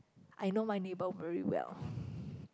I know my neighbor very well